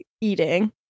eating